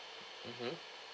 mmhmm